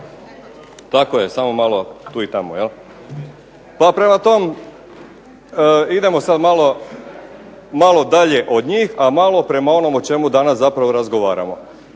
Tako je, samo malo tu i tamo. Pa prema tome, idemo sad malo dalje od njih, a malo prema onom o čemu danas zapravo razgovaramo.